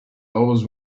always